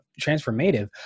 transformative